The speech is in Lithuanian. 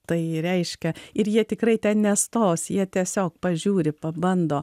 tai reiškia ir jie tikrai ten nestos jie tiesiog pažiūri pabando